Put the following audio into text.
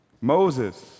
Moses